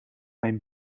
mijn